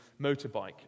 motorbike